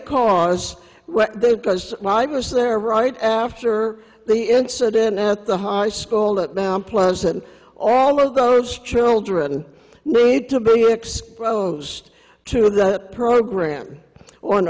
there right after the incident at the high school that now i'm plus and all of those children need to be exposed to that program o